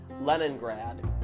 Leningrad